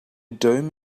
dome